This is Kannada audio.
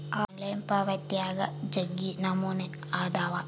ಆನ್ಲೈನ್ ಪಾವಾತ್ಯಾಗ ಜಗ್ಗಿ ನಮೂನೆ ಅದಾವ